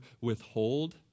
withhold